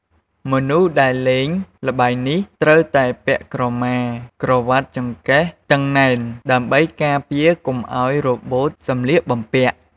មនុស្សដែលលេងល្បែងនេះត្រូវតែពាក់ក្រមាក្រវាត់ចង្កេះតឹងណែន ដើម្បីការពារកុំឲ្យរបូតសម្លៀកបំពាក់។